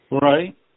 Right